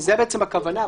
זאת הכוונה.